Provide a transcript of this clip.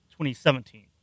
2017